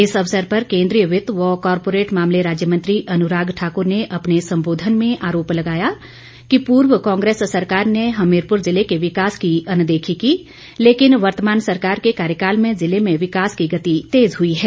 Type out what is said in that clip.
इस अवसर पर केंद्रीय वित्त व कारपोरेट मामले राज्य मंत्री अनुराग ठाकुर ने अपने संबोधन में आरोप लगाया कि पूर्व कांग्रेस सरकार ने हमीरपुर ज़िले के विकास की अनदेखी की लेकिन वर्तमान सरकार के कार्यकाल में ज़िले में विकास की गति तेज हुई है